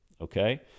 okay